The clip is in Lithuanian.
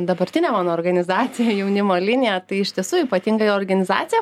dabartinę mano organizaciją jaunimo liniją tai iš tiesų ypatingai organizacija